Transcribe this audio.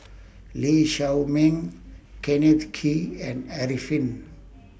Lee Shao Meng Kenneth Kee and Arifin